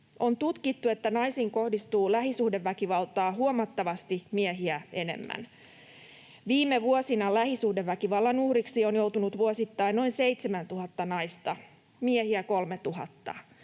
On tutkittu, että naisiin kohdistuu lähisuhdeväkivaltaa huomattavasti miehiä enemmän. Viime vuosina lähisuhdeväkivallan uhriksi on joutunut vuosittain noin 7 000 naista, miehiä 3 000.